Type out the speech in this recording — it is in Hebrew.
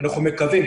אנחנו מקווים,